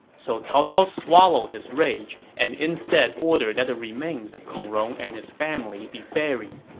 so cao cao swallowed his rage and instead ordered that the remains of kong rong and his family be buried.